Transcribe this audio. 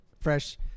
fresh